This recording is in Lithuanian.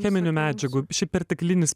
cheminių medžiagų šiaip perteklinis